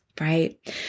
right